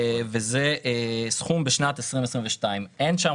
וזה סכום בשנת 2022. אין שם,